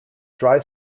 dry